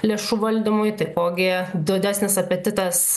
lėšų valdymui taipogi didesnis apetitas